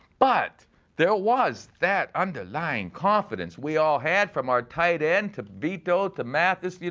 but there was that underlying confidence we all had, from our tight end to vito to mathis.